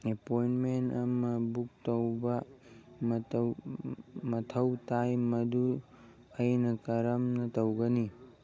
ꯑꯦꯄꯣꯏꯟꯃꯦꯟ ꯑꯃ ꯕꯨꯛ ꯇꯧꯕ ꯃꯊꯧ ꯇꯥꯏ ꯃꯗꯨ ꯑꯩꯅ ꯀꯔꯝꯅ ꯇꯧꯒꯅꯤ